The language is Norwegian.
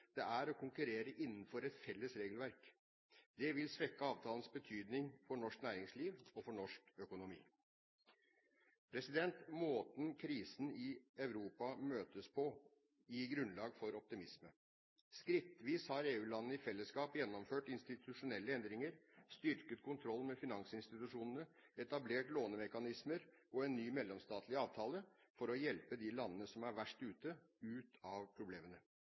det er å konkurrere innenfor et felles regelverk. Det vil svekke avtalens betydning for norsk næringsliv og for norsk økonomi. Måten krisen i Europa møtes på, gir grunnlag for optimisme. Skrittvis har EU-landene i fellesskap gjennomført institusjonelle endringer, styrket kontrollen med finansinstitusjonene, etablert lånemekanismer og en ny mellomstatlig avtale for å hjelpe de landene som er verst ute, ut av problemene.